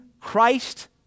Christ